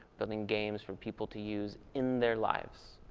building games for people to use in their lives.